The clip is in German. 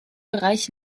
bereich